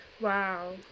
Wow